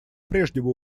прежнему